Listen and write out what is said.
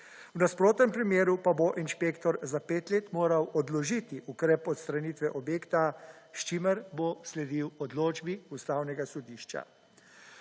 V nasprotnem primeru pa bo inšpektor za pet let moral odložiti ukrep odstranitve objekta, s čimer bo sledil odločbi Ustavnega sodišča.